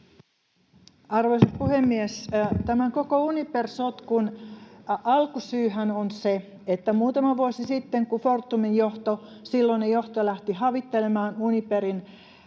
Arvoisa puhemies! Tämän koko Uniper-sotkun alkusyyhän on se, että muutama vuosi sitten, kun Fortumin johto, silloinen johto, lähti havittelemaan Uniperin